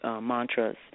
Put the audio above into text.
mantras